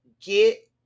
Get